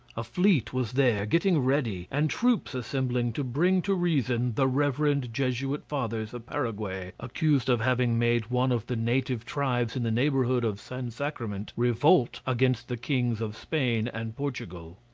a fleet was there getting ready, and troops assembling to bring to reason the reverend jesuit fathers of paraguay, accused of having made one of the native tribes in the neighborhood of san sacrament revolt against the kings of spain and portugal.